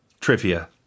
trivia